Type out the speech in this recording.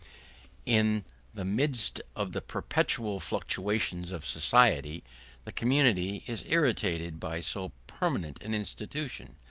in the midst of the perpetual fluctuation of society the community is irritated by so permanent an institution,